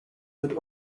wird